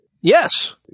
Yes